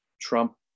Trump